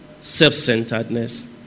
self-centeredness